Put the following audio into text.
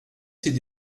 c’est